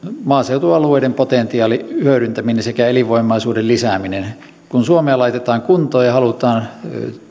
maaseutualueiden potentiaalin hyödyntäminen sekä elinvoimaisuuden lisääminen kun suomea laitetaan kuntoon ja halutaan